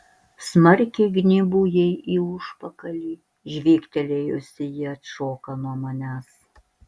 smarkiai gnybu jai į užpakalį žvygtelėjusi ji atšoka nuo manęs